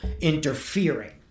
interfering